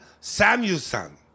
Samuelson